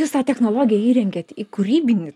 jūs tą technologiją įrengiat į kūrybinį